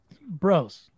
bros